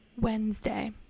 Wednesday